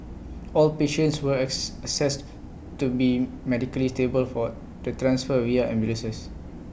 all patients were as assessed to be medically stable for the transfer via ambulances